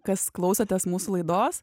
kas klausotės mūsų laidos